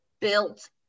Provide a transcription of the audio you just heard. built